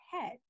head